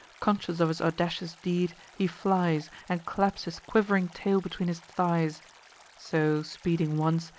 conscious of his audacious deed, he flies, and claps his quiv'ring tail between his thighs so, speeding once,